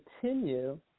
continue